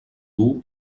duu